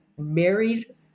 married